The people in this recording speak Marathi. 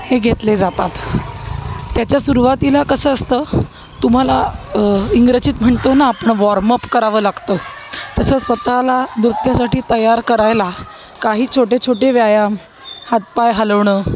हे घेतले जातात त्याच्या सुरवातीला कसं असतं तुम्हाला इंग्रजीत म्हणतो ना आपण वॉर्मअप करावं लागतं तसं स्वतःला नृत्यासाठी तयार करायला काही छोटे छोटे व्यायाम हातपाय हलवणं